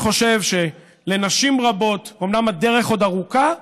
אני חושב שלנשים רבות אומנם הדרך עוד ארוכה,